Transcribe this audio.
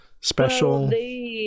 special